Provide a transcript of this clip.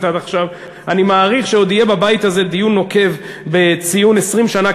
שעוד יהיה בבית הזה דיון נוקב בציון 20 שנה,